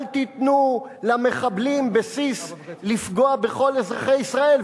אל תיתנו למחבלים בסיס לפגוע בכל אזרחי ישראל,